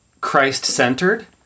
Christ-centered